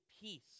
peace